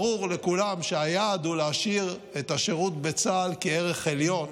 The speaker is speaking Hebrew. ברור לכולם שהיעד הוא להשאיר את השירות בצה"ל כערך עליון,